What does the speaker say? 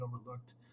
overlooked